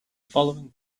following